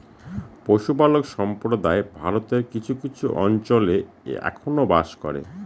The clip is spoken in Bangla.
পশুপালক সম্প্রদায় ভারতের কিছু কিছু অঞ্চলে এখনো বাস করে